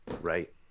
Right